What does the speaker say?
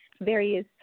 various